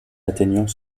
atteignant